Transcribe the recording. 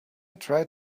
tried